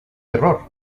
error